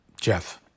Jeff